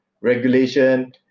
regulation